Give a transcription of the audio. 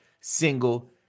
single